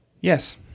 Yes